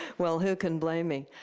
well, who can blame me?